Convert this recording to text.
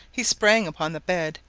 he sprang upon the bed,